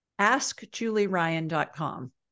AskJulieRyan.com